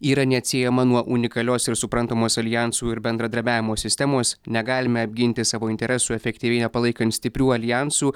yra neatsiejama nuo unikalios ir suprantamos aljansų ir bendradarbiavimo sistemos negalime apginti savo interesų efektyviai nepalaikant stiprių aljansų